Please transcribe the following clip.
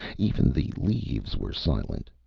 even the leaves were silent.